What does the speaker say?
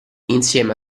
insieme